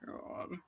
god